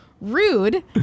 rude